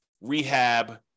rehab